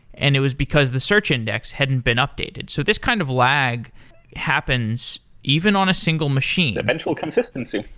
and it was because the search index hadn't been updated. so this kind of lag happens even on a single machine. eventual consistency.